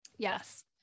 Yes